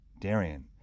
Darian